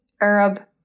Arab